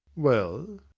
well?